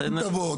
תבוא,